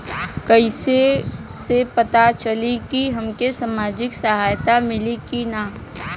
कइसे से पता चली की हमके सामाजिक सहायता मिली की ना?